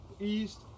east